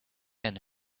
and